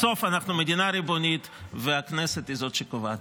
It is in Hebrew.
בסוף אנחנו מדינה ריבונית, והכנסת היא זאת שקובעת.